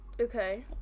okay